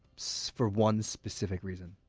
so for one specific reason